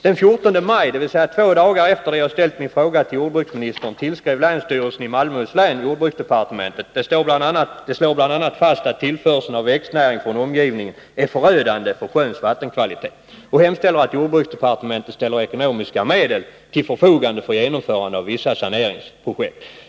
Den 14 maj, dvs. två dagar efter det att jag ställt min fråga till jordbruksministern, tillskrev länsstyrelsen i Malmöhus län jordbruksdepartementet. Man slår bl.a. fast att tillförseln av växtnäring från omgivningen är förödande för sjöns vattenkvalitet och hemställer att jorbruksdepartementet ställer ekonomiska medel till förfogande för genomförande av vissa saneringsprojekt.